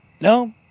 no